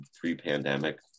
pre-pandemic